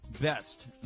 best